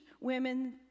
women